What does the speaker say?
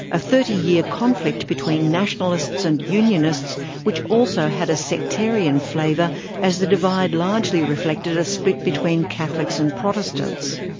a thirty year conflict between nationalists and unionists which also had a sectarian flavour as the divide largely largely reflected a split between catholics and protestants.